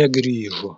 negrįžo